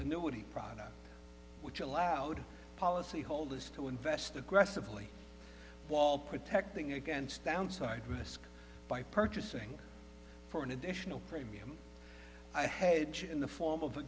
annuity product which allowed policy holders to invest aggressively wall protecting against downside risk by purchasing for an additional premium i had shit in the form of a